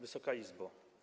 Wysoka Izbo!